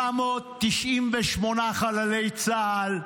798 חללי צה"ל,